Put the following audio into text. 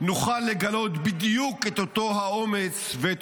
נוכל לגלות בדיוק את אותו האומץ ואת